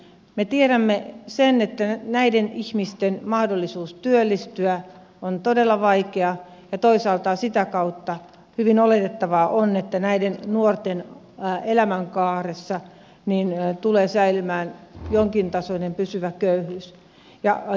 me tiedämme sen että näiden ihmisten mahdollisuus työllistyä on todella vaikea ja toisaalta sitä kautta hyvin oletettavaa on että näiden nuorten elämänkaaressa tulee säilymään jonkintasoinen pysyvä köyhyys